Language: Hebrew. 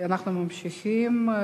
אנחנו ממשיכים.